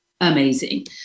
amazing